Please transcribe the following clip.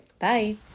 Bye